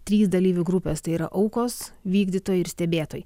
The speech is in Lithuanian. trys dalyvių grupės tai yra aukos vykdytojai ir stebėtojai